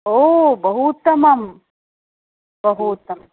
ओ बहु उत्तमं बहु उत्तमम्